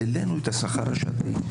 העלינו את השכר השעתי.